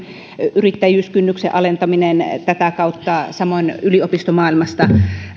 yrittäjyyskynnyksen alentaminen tätä kautta samoin yliopistomaailmasta